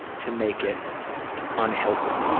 to make it unhealthy?